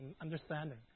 understanding